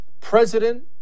president